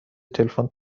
تلفن